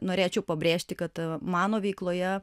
norėčiau pabrėžti kad mano veikloje